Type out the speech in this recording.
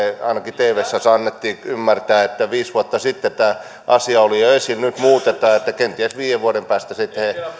ainakin tvssä annettiin ymmärtää että viisi vuotta sitten tämä asia oli jo esillä nyt muutetaan kenties viiden vuoden päästä sitten